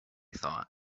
thought